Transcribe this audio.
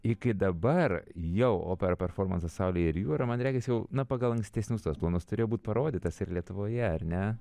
iki dabar jau opera performansas saulė ir jūra man regis jau na pagal ankstesnius planus turėjo būti parodytas ir lietuvoje ar ne